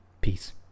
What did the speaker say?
Peace